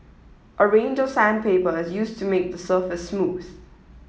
a range of sandpaper is used to make the surface smooth